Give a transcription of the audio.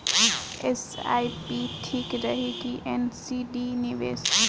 SIP ठीक रही कि एन.सी.डी निवेश?